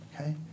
okay